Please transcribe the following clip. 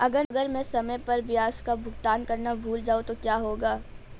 अगर मैं समय पर ब्याज का भुगतान करना भूल जाऊं तो क्या होगा?